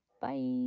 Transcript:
Bye